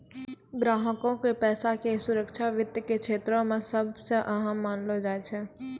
ग्राहको के पैसा के सुरक्षा वित्त के क्षेत्रो मे सभ से अहम मानलो जाय छै